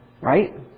Right